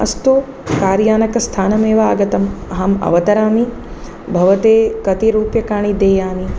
अस्तु कार्यानकस्थानमेव आगतम् अहम् अवतरामि भवते कति रूप्यकाणि देयानि